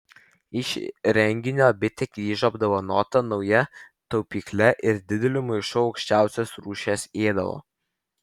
iš renginio bitė grįžo apdovanota nauja taupykle ir dideliu maišu aukščiausios rūšies ėdalo